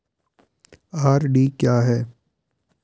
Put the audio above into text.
RD क्या है?